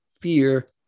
fear